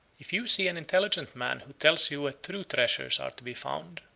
if you see an intelligent man who tells you where true treasures are to be found,